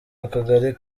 akagari